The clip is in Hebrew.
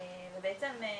בבקשה.